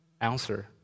answer